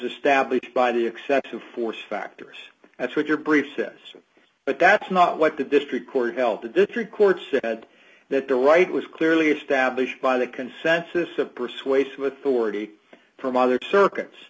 established by the excessive force factors that's what your brief says but that's not what the district court held the district court said that the right was clearly established by the consensus of persuasive authority from other circuits